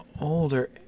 older